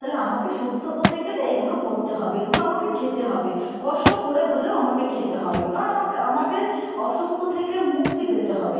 তালে আমাকে সুস্থ হতে গেলে এগুলো করতে হবে এগুলো আমাকে খেতে হবে কষ্ট করে হলেও আমাকে খেতে হবে কারণ আমাকে আমাকে অসুস্থতা থেকে মুক্তি পেতে হবে